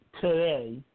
today